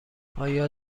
آیا